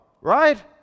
Right